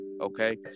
Okay